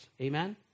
Amen